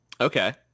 Okay